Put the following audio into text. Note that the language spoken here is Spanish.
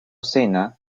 cena